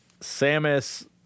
Samus